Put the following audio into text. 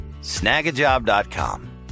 Snagajob.com